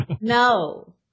No